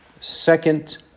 Second